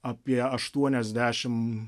apie aštuoniasdešim